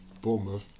Bournemouth